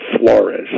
Flores